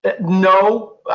no